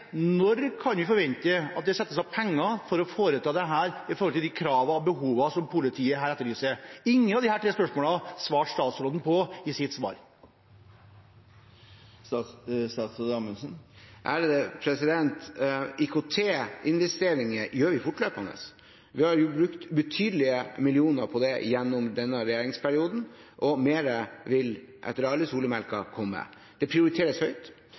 Når kan vi forvente at det settes av penger for å foreta dette med hensyn til de kravene og behovene som politiet etterlyser? Ingen av disse tre spørsmålene svarte statsråden på. IKT-investeringer gjør vi fortløpende. Vi har brukt et betydelig antall millioner på dette gjennom denne regjeringsperioden, og mer vil etter alle solemerker komme. Det prioriteres høyt,